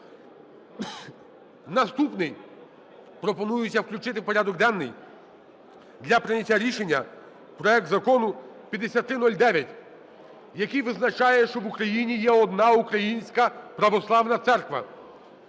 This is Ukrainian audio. Наступний. Пропонується включити в порядок денний для прийняття рішення проект Закону 5309, який визначає, що в Україні є одна Українська Православна Церква.